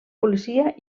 policia